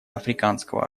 африканского